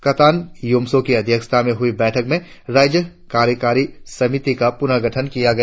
काटान योमसो की अध्यक्षता में हुई बैठक में राज्य कार्यकारी समिति का पुर्नगठन किया गया